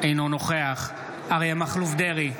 אינו נוכח אריה מכלוף דרעי,